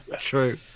True